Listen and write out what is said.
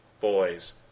Boys